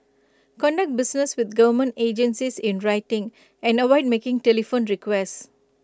conduct business with government agencies in writing and avoid making telephone requests